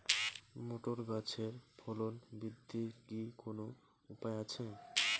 Motor গাছের ফলন বৃদ্ধির কি কোনো উপায় আছে?